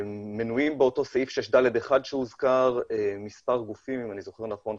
מנויים באותו סעיף 6(ד1) שהוזכר מספר נכון,